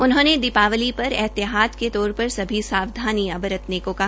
उन्होंने दीपावली पर एहतियात के तौर सभी सावधानियां बरतने का कहा